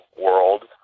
world